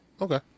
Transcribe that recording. Okay